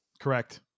Correct